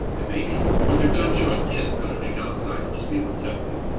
and maybe when they're done showing kids how to make outsiders feel accepted,